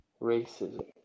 racism